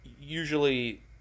usually